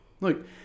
Look